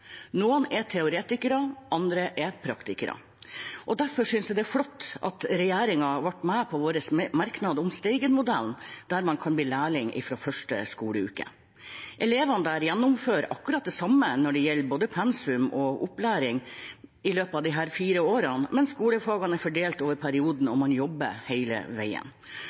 Noen er teoretikere, andre er praktikere. Derfor synes jeg det er flott at regjeringspartiene ble med på vår merknad om Steigenmodellen, der man kan bli lærling fra første skoleuke. Elevene der gjennomfører akkurat det samme når det gjelder pensum og opplæring, i løpet av disse fire årene, men skolefagene er fordelt over perioden, og man jobber hele veien.